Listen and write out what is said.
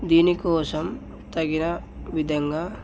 దీనికోసం తగిన విధంగా